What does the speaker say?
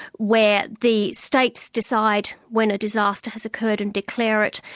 where the states decide when a disaster has occurred and declare it,